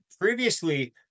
previously